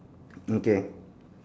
mm K